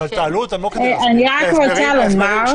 אני רק לומר: